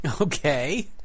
Okay